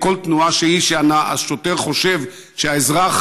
זאת תהיה כל תנועה שהיא שהשוטר חושב שהאזרח,